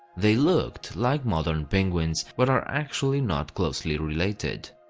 they looked like modern penguins, but are actually not closely related.